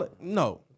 no